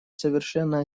совершенно